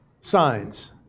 signs